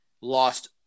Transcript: lost –